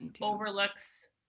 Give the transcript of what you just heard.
overlooks